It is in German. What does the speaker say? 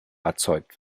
erzeugt